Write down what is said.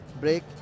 break